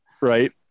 Right